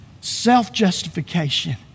self-justification